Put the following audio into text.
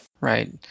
Right